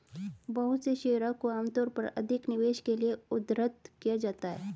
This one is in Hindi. बहुत से शेयरों को आमतौर पर अधिक निवेश के लिये उद्धृत किया जाता है